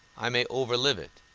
i may overlive it.